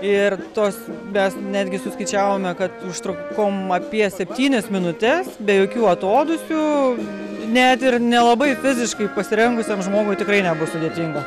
ir tos mes netgi suskaičiavome kad užtrukom apie septynias minutes be jokių atodūsių net ir nelabai fiziškai pasirengusiam žmogui tikrai nebus sudėtinga